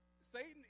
Satan